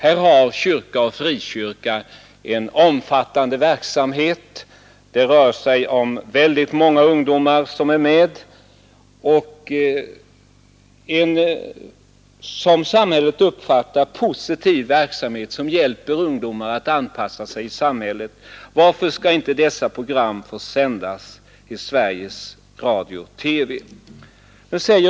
Kyrka och frikyrka har en omfattande verksamhet, där väldigt många ungdomar är med. Den verksamheten uppfattas av samhället som positiv, eftersom den hjälper ungdomar att anpassa sig i samhället. Varför skall inte den verksamheten belysas i program i radio och TV?